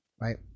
right